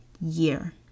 year